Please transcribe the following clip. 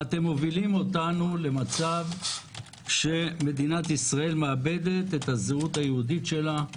ואתם מובילים אותנו למצב שמדינת ישראל מאבדת את הזהות היהודית שלה,